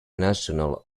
national